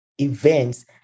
events